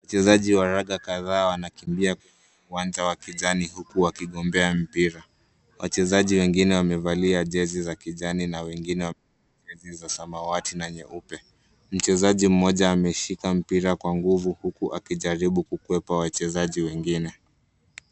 Wachezaji wa raga kadhaa wanakimbia uwanja wa kijani huku wakigombea mpira. Wachezaji wengine wamevalia jezi za kijani na wengine [audio low] jezi za samawati na nyeupe. Mchezaji mmoja ameshika mpira kwa nguvu huku akijaribu kukwepa wachezaji wengine.